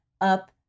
up